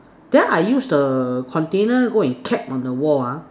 then I use the container go and kept on the wall ah